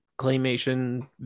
claymation